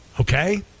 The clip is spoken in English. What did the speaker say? Okay